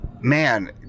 man